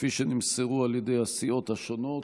שנמסרו על ידי הסיעות השונות,